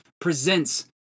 presents